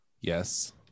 yes